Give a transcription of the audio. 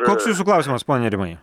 koks jūsų klausimas pone rimai